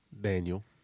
Daniel